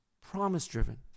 promise-driven